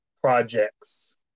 projects